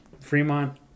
Fremont